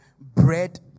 bread